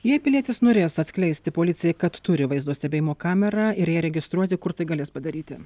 jei pilietis norėjęs atskleisti policijai kad turi vaizdo stebėjimo kamerą ir ją registruoti kur tai galės padaryti